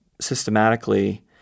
systematically